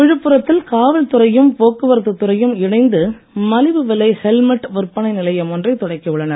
விழுப்புரத்தில் காவல்துறையும் போக்குவரத்து துறையும் இணைந்து மலிவு விலை ஹெல்மெட் விற்பனை நிலையம் ஒன்றை தொடக்கி உள்ளனர்